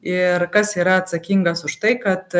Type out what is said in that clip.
ir kas yra atsakingas už tai kad